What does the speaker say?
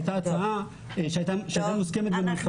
הייתה הצעה שהייתה מוסכמת גם על חברי הוועדה.